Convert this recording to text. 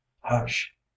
hush